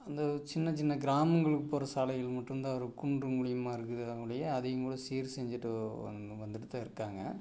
அந்த சின்ன சின்ன கிராமங்களுக்கு போகிற சாலைகள் மட்டும் தான் இரு குண்டும் குழியுமா இருக்குதே ஒழிய அதையும் கூட சீர் செஞ்சிட்டு வந்து வந்துட்டு தான் இருக்காங்க